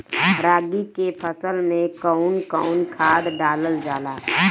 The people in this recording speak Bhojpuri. रागी के फसल मे कउन कउन खाद डालल जाला?